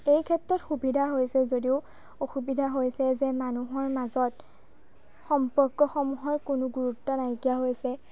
এইক্ষেত্ৰত সুবিধা হৈছে যদিও অসুবিধা হৈছে যে মানুহৰ মাজত সম্পৰ্কসমূহৰ কোনো গুৰুত্ব নাইকীয়া হৈছে